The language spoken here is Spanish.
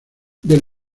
del